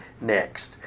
next